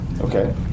Okay